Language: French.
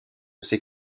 ses